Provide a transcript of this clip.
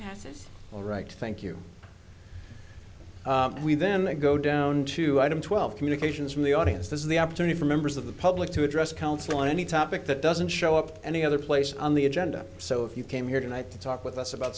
passes all right thank you we then go down to item twelve communications from the audience this is the opportunity for members of the public to address council on any topic that doesn't show up any other place on the agenda so if you came here tonight to talk with us about